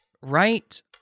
right